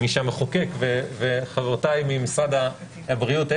משהמחוקק וחברותיי ממשרד הבריאות.